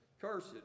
cursed